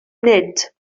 nid